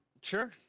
Sure